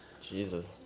Jesus